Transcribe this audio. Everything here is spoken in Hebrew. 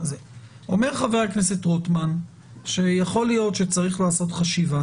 אומר חבר כנסת רוטמן שיכול להיות שצריך לעשות חשיבה